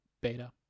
beta